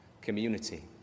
community